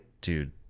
dude